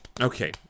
Okay